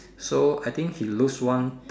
so I think he lose one